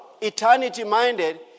eternity-minded